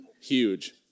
Huge